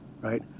right